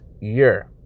year